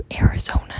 arizona